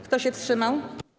Kto się wstrzymał?